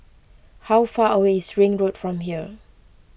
how far away is Ring Road from here